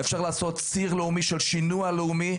אפשר לעשות ציר לאומי של שינוע לאומי